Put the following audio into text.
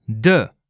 de